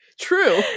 true